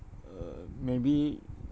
uh maybe